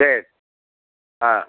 ಸರಿ ಹಾಂ